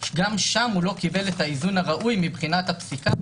גם שם הוא לא קיבל את האיזון הראוי מבחינת הפסיקה,